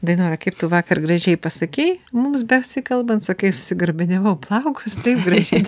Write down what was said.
dainora yra kaip tu vakar gražiai pasakei mums besikalbant sakai susigarbiniavau plaukus taip gražiai